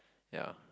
ya